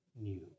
new